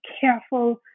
careful